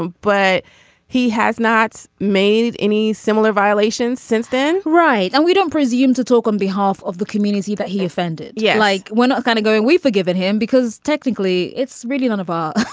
but he has not made any similar violations since then. right and we don't presume to talk on behalf of the community that he offended. yeah like when not kind of going we forgive him because technically it's really none of us.